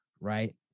Right